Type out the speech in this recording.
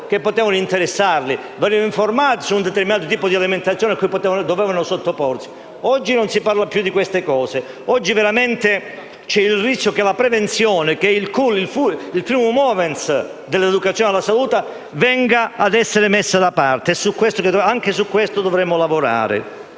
che potevano interessarli e su un determinato tipo di alimentazione cui dovevano sottoporsi. Oggi non si parla più di questi temi; oggi c'è veramente il rischio che la prevenzione, che è il *primum* *movens* dell'educazione alla salute, venga messa da parte e anche su questo dovremo lavorare.